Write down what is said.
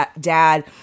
dad